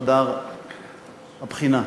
בחדר הבחינה.